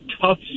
tough